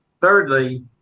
Thirdly